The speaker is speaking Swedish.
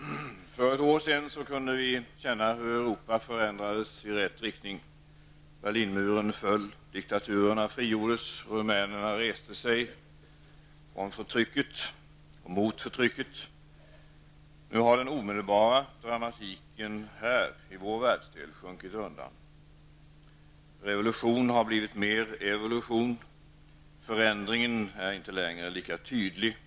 Herr talman! För ett år sedan kände vi hur Europa förändrades i rätt riktning. Berlinmuren föll, diktaturerna frigjordes och rumänerna reste sig mot förtrycket. Nu har den omedelbara dramatiken i vår världsdel sjunkit undan. Revolution har blivit mer evolution. Förändringen är inte längre lika tydlig.